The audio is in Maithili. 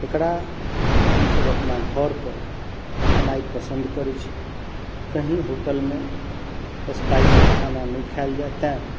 एकरा हमसब अपना घर पर खेनाइ पसन्द करैत छी कहीँ होटलमे स्पाइसी खाना नहि खायल जाय तैँ